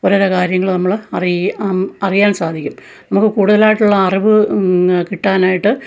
ഓരോരോ കാര്യങ്ങൾ നമ്മൾ അറിയാൻ അറിയാൻ സാധിക്കും നമുക്ക് കൂടുതലായിട്ടുള്ള അറിവ് കിട്ടാനായിട്ട്